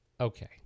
okay